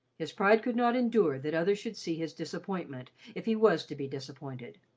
his pride could not endure that others should see his disappointment if he was to be disappointed.